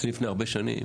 אני לפני הרבה שנים